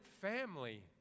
family